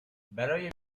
برای